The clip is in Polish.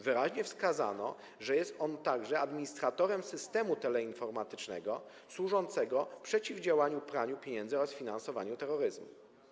Wyraźnie wskazano, że jest on także administratorem systemu teleinformatycznego służącego przeciwdziałaniu praniu pieniędzy oraz finansowaniu terroryzmu.